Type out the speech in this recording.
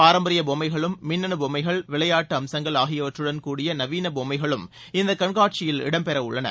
பாரம்பரியபொம்மைகளும் மின்னணுபொம்மைகள் விளையாட்டுஅம்சங்கள் ஆகியவற்றுடன் கூடிய நவீனபொம்மைகளும் இந்தகண்காட்சியில் இடம்பெறவுள்ளன